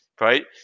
right